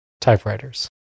typewriters